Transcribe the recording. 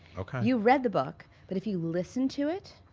okay. you read the book, but if you listen to it,